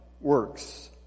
works